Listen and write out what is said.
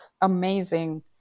amazing